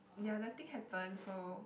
there are nothing happen so